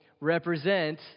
represent